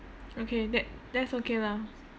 okay that that's okay lah